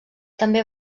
també